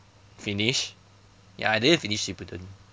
finish ya I didn't finish shippuden